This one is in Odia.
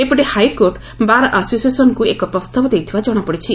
ଏପଟେ ହାଇକୋର୍ଟ ବାର୍ଆସୋସିଏସନ୍କୁ ଏକ ପ୍ରସ୍ତାବ ଦେଇଥିବା ଜଣାପଡ଼ିଛି